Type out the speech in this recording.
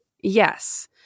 Yes